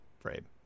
frame